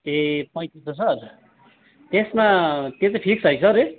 ए पैँतिस सय सर त्यसमा त्यो चाहिँ फिक्स है सर रेट